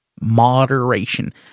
moderation